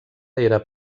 era